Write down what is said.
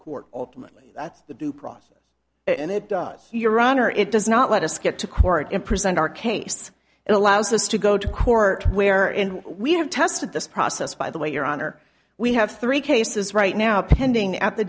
court ultimately the due process and it does your honor it does not let us get to court and present our case it allows us to go to court where and we have tested this process by the way your honor we have three cases right now pending at the